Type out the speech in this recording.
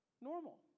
Normal